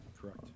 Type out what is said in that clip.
Correct